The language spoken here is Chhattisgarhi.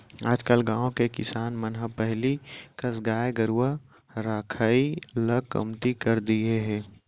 आजकल गाँव के किसान मन ह पहिली कस गाय गरूवा रखाई ल कमती कर दिये हें